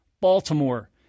Baltimore